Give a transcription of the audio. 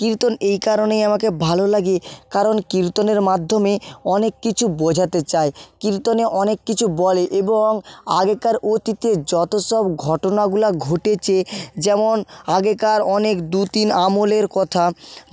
কীর্তন এই কারণেই আমাকে ভালো লাগে কারণ কীর্তনের মাধ্যমে অনেক কিছু বোঝাতে চায় কীর্তনে অনেক কিছু বলে এবং আগেকার অতীতের যতসব ঘটনাগুলো ঘটেছে যেমন আগেকার অনেক দু তিন আমলের কথা